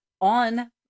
on